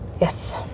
Yes